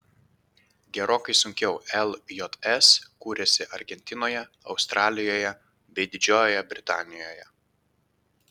gerokai sunkiau ljs kūrėsi argentinoje australijoje bei didžiojoje britanijoje